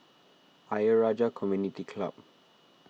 Ayer Rajah Community Club